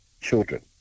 children